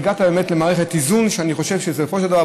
הגעת באמת למערכת איזון שאני חושב שבסופו של דבר,